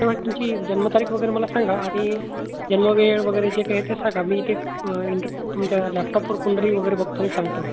ते मग तुमची जन्मतारीख वगैरे मला सांगा आणि जन्म वेळ वगैरे जे काही आहे ते सांगा मी इथे इंट तुमच्या लॅपटॉपवर कुंडली वगैरे बघतो आणि सांगतो